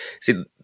see